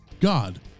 God